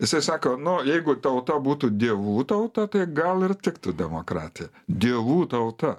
jisai sako nu jeigu tauta būtų dievų tauta tai gal ir tiktų demokratija dievų tauta